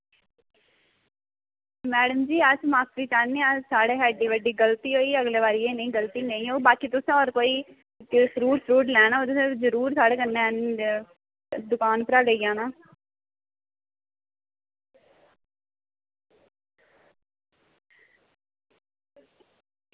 madam ji अस माफी चाह्न्ने आं साढ़े कशा बड़ी बड्डी गलती होई अग्गें कशा नेईं होग तुसें होर कोई फ्रूट लैना होग ते साढ़ी दुकान परा लेई जाना